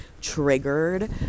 triggered